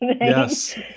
yes